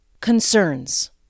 Concerns